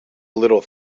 little